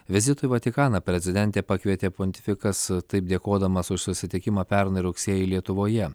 vizitui į vatikaną prezidentę pakvietė pontifikas taip dėkodamas už susitikimą pernai rugsėjį lietuvoje